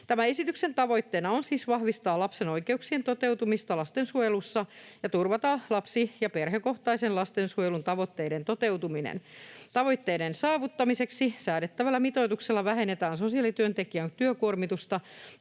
Tämän esityksen tavoitteena on siis vahvistaa lapsen oikeuksien toteutumista lastensuojelussa ja turvata lapsi- ja perhekohtaisen lastensuojelun tavoitteiden toteutuminen. Tavoitteiden saavuttamiseksi säädettävällä mitoituksella vähennetään sosiaalityöntekijän työkuormitusta